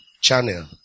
channel